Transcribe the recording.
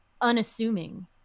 Unassuming